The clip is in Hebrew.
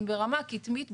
הם ברמה כתמית,